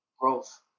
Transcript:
Growth